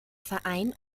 verein